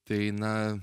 tai na